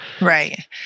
right